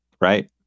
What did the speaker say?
right